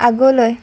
আগলৈ